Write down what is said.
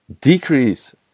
decrease